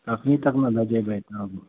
अखनि तक नहि